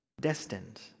destined